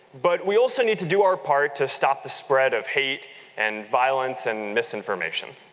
but we also need to do our part to stop the spread of hate and violence and misinformation.